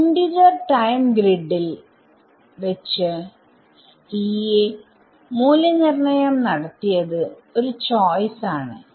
integer time ഗ്രിഡിൽ വെച്ച് Eനെ മൂല്യനിർണ്ണയം നടത്തിയത് ഒരു ചോയ്സ് ആണ്